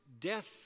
death